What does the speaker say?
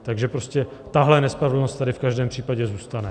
Takže prostě tahle nespravedlnost tady v každém případě zůstane.